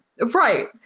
Right